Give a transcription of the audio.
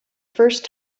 first